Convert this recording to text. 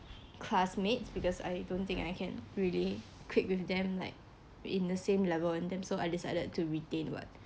classmates because I don't think I can really clique with them like in the same level and then so I decided to retain [what]